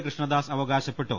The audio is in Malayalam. കൃഷ്ണദാസ് അവകാശപ്പെട്ടു